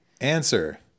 Answer